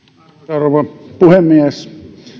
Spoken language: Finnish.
rouva puhemies